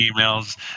emails